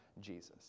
Jesus